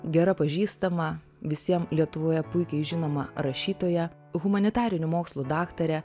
gera pažįstama visiem lietuvoje puikiai žinoma rašytoja humanitarinių mokslų daktare